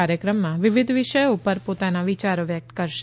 કાર્યક્રમમાં વિવિધ વિષયો ઉપર પોતાના વિચારો વ્યક્ત કરશે